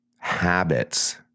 habits